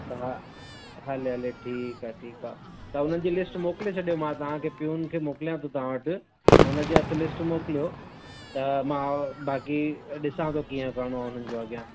त हा हले हले ठीकु आहे ठीकु आहे त हुननि जी लिस्ट मोकिले छॾियो मां तव्हांखे पीउन खे मोकिलियां थो तव्हां वटि हुन जे हथ लिस्ट मोकिलियो त मां बाक़ी ॾिसां थो कीअं करिणो आहे हुननि जो अॻियां